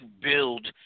build